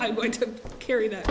i'm going to carry that